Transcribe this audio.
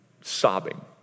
sobbing